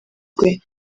rwe